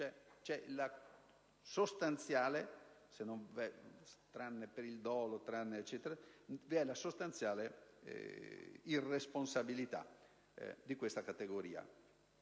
una sostanziale irresponsabilità di questa categoria.